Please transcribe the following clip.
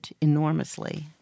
enormously